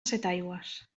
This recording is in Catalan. setaigües